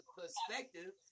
perspective